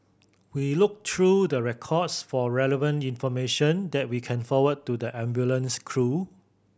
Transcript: we look through the records for relevant information that we can forward to the ambulance crew